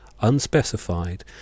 unspecified